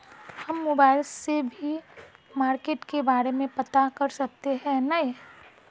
हम मोबाईल से भी मार्केट के बारे में पता कर सके है नय?